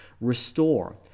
restore